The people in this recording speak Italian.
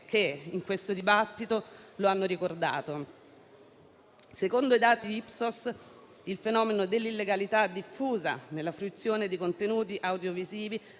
che in questo dibattito lo hanno ricordato. Secondo i dati Ipsos, il fenomeno dell'illegalità diffusa nella fruizione di contenuti audiovisivi